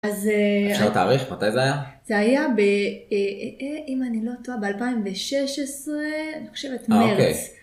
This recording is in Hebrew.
אז אה... -אפשר תאריך, מתי זה היה? -זה היה ב... אם אני לא טועה, ב-2016, אני חושבת מרץ. -אה, אוקיי